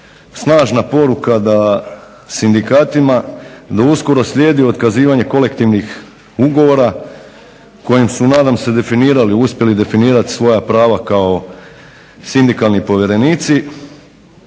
snažna poruka sindikatima da uskoro slijedi otkazivanje kolektivnih ugovora kojeg su nadam se definirali, uspjeli definirati svoja prava kao sindikalni povjerenici,